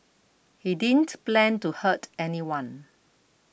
he didn't plan to hurt anyone